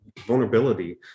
vulnerability